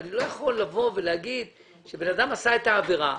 אני לא יכול לבוא ולומר שבן אדם עשה את העבירה,